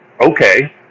okay